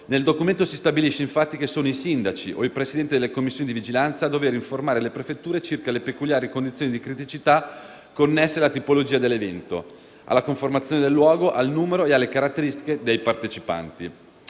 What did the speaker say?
nel documento si stabilisce, infatti, che sono i sindaci o i presidenti delle commissioni di vigilanza a dover informare le prefetture circa le peculiari condizioni di criticità connesse alla tipologia dell'evento, alla conformazione del luogo, al numero e alle caratteristiche dei partecipanti.